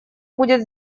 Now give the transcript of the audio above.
будет